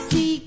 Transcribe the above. See